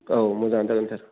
औ मोजाङानो जागोन सार